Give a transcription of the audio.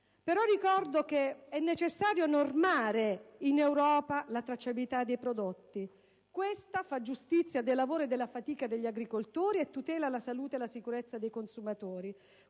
anche se è necessario varare una normativa europea sulla tracciabilità dei prodotti. Questa rende giustizia del lavoro e della fatica degli agricoltori e tutela la salute e la sicurezza dei consumatori.